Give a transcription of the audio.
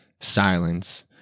silence